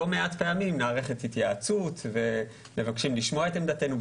מעט פעמים נערכת התייעצות ומבקשים לשמוע את עמדתנו,